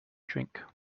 drink